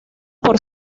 por